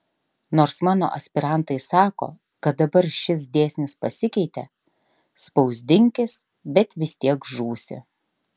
nors mano aspirantai sako kad dabar šis dėsnis pasikeitė spausdinkis bet vis tiek žūsi